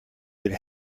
would